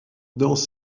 dans